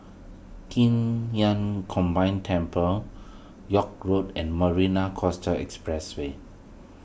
Qing Yun Combined Temple York Road and Marina Coastal Expressway